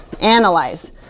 Analyze